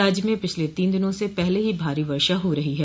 राज्य में पिछले तीन दिनों से पहले ही भारी वर्षा हो रही है